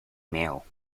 mail